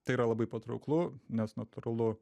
tai yra labai patrauklu nes natūralu